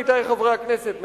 עמיתי חברי הכנסת,